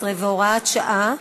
18 והוראת שעה),